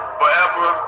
forever